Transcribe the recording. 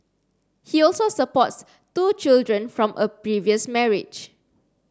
he also supports two children from a previous marriage